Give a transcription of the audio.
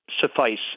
suffice